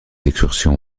excursions